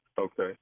Okay